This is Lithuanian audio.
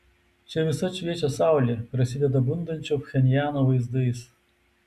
čia visad šviečia saulė prasideda bundančio pchenjano vaizdais